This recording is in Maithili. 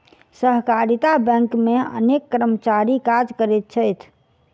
सहकारिता बैंक मे अनेक कर्मचारी काज करैत छथि